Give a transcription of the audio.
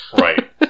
Right